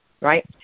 Right